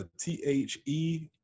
T-H-E